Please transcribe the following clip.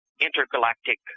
intergalactic